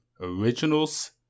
originals